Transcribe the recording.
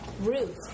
Ruth